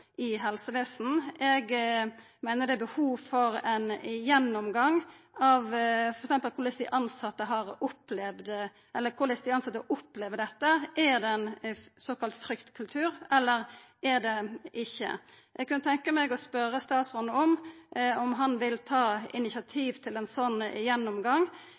i helsevesenet. Eg meiner det er behov for ein gjennomgang f.eks. av korleis dei tilsette opplever dette. Er det ein såkalla fryktkultur, eller er det ikkje? Eg kunne tenkja meg å spørja statsråden om han vil ta initiativ til ein slik gjennomgang.